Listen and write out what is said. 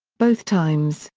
both times,